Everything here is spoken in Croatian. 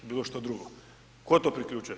Bilo što drugo. tko to priključuje?